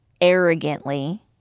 arrogantly